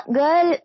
girl